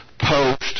post